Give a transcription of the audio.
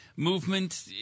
Movement